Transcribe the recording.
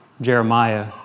Jeremiah